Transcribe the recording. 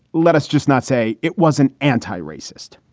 let us just not say it was an anti-racist.